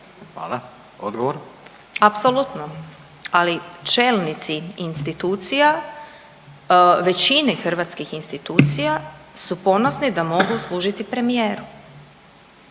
Sabina (SDP)** Apsolutno, ali čelnici institucija u većini hrvatskih institucija su ponosni da mogu služiti premijeru,